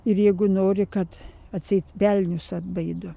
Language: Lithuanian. ir jeigu nori kad atseit velnius atbaido